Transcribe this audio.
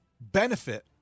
benefit –